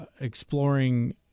exploring